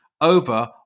over